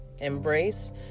Embrace